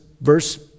verse